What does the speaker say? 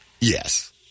Yes